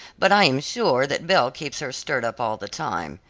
but i am sure that belle keeps her stirred up all the time.